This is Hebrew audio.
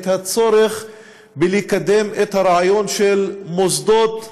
את הצורך לקדם את הרעיון של מוסדות חינוך,